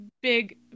big